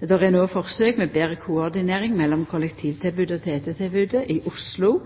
og det er no forsøk med betre koordinering mellom kollektivtilbodet og TT-tilbodet i Oslo